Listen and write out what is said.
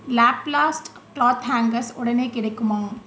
Laplast cloth hangers உடனே கிடைக்குமா